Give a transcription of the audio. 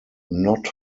not